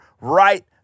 right